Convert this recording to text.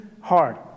hard